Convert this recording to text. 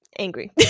Angry